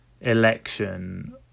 election